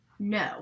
No